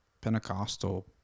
Pentecostal